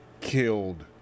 killed